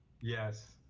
Yes